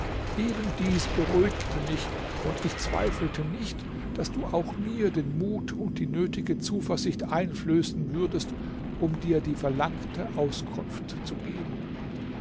eben dies beruhigte mich und ich zweifelte nicht daß du auch mir den mut und die nötige zuversicht einflößen würdest um dir die verlangte auskunft zu geben